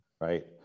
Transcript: right